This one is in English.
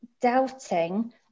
doubting